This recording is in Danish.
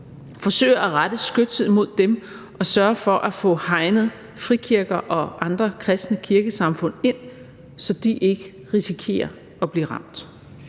forsøger at rette skytset imod dem og sørger for at få hegnet frikirker og andre kristne kirkesamfund ind, så de ikke risikerer at blive ramt.